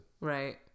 Right